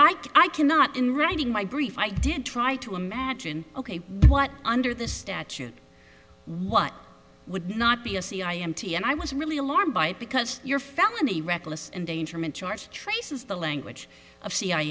i cannot in writing my brief i did try to imagine what under the statute what would not be a c i m t and i was really alarmed by it because your felony reckless endangerment charge traces the language of c i